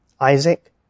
Isaac